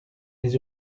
les